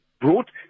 brought